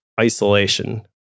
isolation